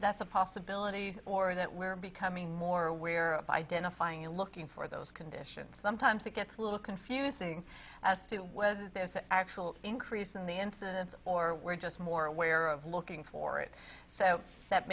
that's a possibility or that we're becoming more aware of identifying and looking for those conditions sometimes it gets a little confusing as to whether there's an actual increase in the incidence or we're just more aware of looking for it so that